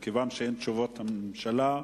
מכיוון שאין תשובת הממשלה,